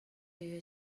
you